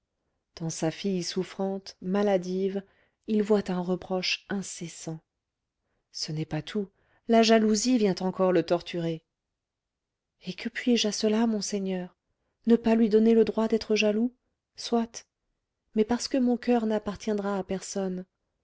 dans sa fille souffrante maladive il voit un reproche incessant ce n'est pas tout la jalousie vient encore le torturer et que puis-je à cela monseigneur ne pas lui donner le droit d'être jaloux soit mais parce que mon coeur n'appartiendra à personne